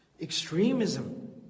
Extremism